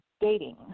dating